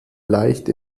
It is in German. leicht